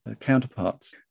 counterparts